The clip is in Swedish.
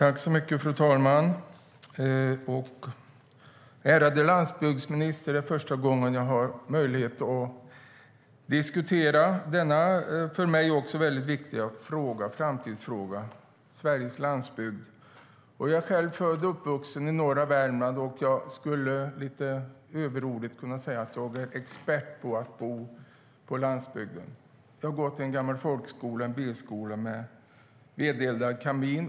Fru talman! Ärade landsbygdsminister! Det är första gången jag har möjlighet att diskutera denna för mig väldigt viktiga framtidsfråga för Sveriges landsbygd. Jag är själv född och uppvuxen i norra Värmland. Jag skulle lite överordigt kunna säga att jag är expert på att bo på landsbygden. Jag har gått i en gammal folkskola, en byskola med vedeldad kamin.